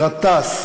רטאס.